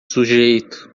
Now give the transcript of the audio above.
sujeito